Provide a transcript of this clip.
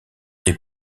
est